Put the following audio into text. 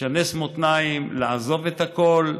לשנס מותניים, לעזוב את הכול,